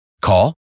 Call